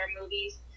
movies